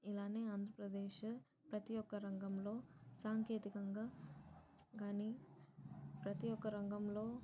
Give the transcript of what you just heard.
ఇలానే ఆంధ్రప్రదేశ్ ప్రతీ ఒక్క రంగంలో సాంకేతికంగా కానీ ప్రతీ ఒక్క రంగంలో